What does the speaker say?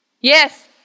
Yes